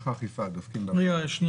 איך האכיפה דופקים בבית, מצלצלים?